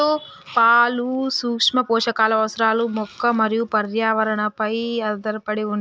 పలు సూక్ష్మ పోషకాలు అవసరాలు మొక్క మరియు పర్యావరణ పై ఆధారపడి వుంటది